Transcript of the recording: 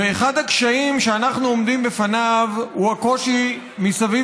ואחד הקשיים שאנחנו עומדים בפניו הוא הקושי סביב